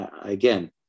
again